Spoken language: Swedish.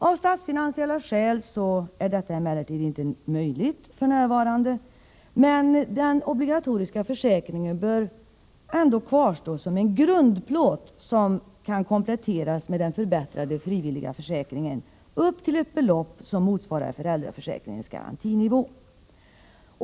Av statsfinansiella skäl är det f. n. tyvärr inte möjligt att förorda en sådan höjning, men den obligatoriska försäkringen bör ändå kvarstå som en grundplåt, som kan kompletteras med den förbättrade frivilliga försäkringen upp till ett belopp motsvarande föräldraförsäkringens garantinivå.